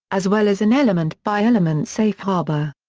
as well as an element by element safe harbor.